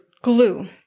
glue